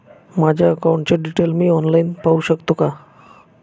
माझ्या अकाउंटचे डिटेल्स मी ऑनलाईन पाहू शकतो का?